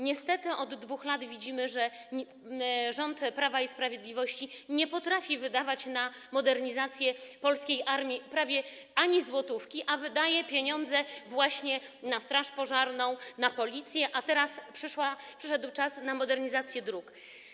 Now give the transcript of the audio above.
Niestety od 2 lat widzimy, że rząd Prawa i Sprawiedliwości nie potrafi wydać na modernizację polskiej armii prawie ani złotówki, a wydaje pieniądze na straż pożarną, na Policję, a teraz przyszedł czas na modernizację dróg.